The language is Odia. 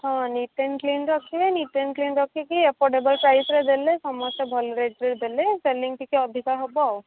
ହଁ ନିଟ୍ ଆଣ୍ଡ କ୍ଲିନ୍ ରଖିବେ ନିଟ୍ ଆଣ୍ଡ କ୍ଲିନ୍ ରଖିକି ଏପଟେ ଯେଉଁ ସାଇଡ଼୍ରେ ଦେଲେ ସମସ୍ତେ ଭଲ ରେଟ୍ରେ ଦେଲେ ସେଲିଂ ଟିକେ ଅଧିକା ହେବ ଆଉ